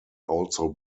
also